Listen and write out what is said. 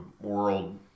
world